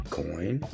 coin